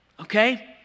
Okay